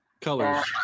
Colors